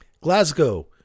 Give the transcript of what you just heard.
Glasgow